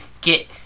get